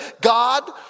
God